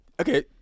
okay